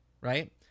right